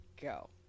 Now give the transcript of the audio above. go